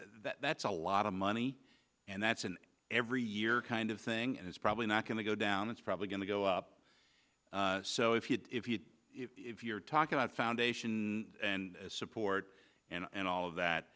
that that's a lot of money and that's an every year kind of thing and it's probably not going to go down it's probably going to go up so if you if you if you're talking about foundation and support and all of that